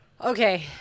Okay